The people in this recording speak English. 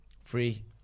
Free